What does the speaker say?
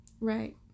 Right